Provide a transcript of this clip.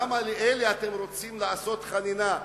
למה לאלה אתם רוצים לעשות חנינה?